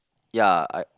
ya I